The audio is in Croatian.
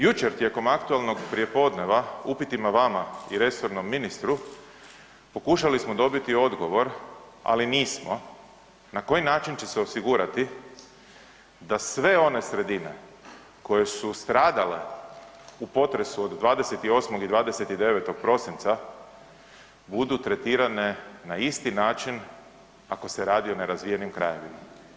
Jučer tijekom aktualnog prijepodneva upitima vama i resornom ministru pokušali smo dobiti odgovor, ali nismo, na koji način će se osigurati da sve one sredine koje su stradale u potresu od 28. i 29. prosinca budu tretirane na isti način ako se radi o nerazvijenim krajevima.